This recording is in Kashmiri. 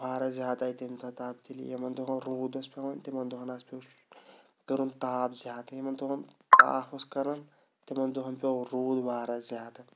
واراہ زیادٕ آے تَمہِ دۄہ تبدیٖلی یِمَن دۄہَن روٗد اوس پٮ۪وان تِمَن دۄہَس حظ پیوٚ شی کوٚرُن تاپھ زیادٕ یِمَن دۄہَن تاپھ اوس کَران تِمَن دۄہَن پیوٚ روٗد واراہ زیادٕ